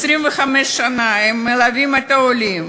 25 שנה הם מלווים את העולים,